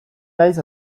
naiz